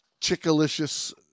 chickalicious